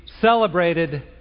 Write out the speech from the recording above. celebrated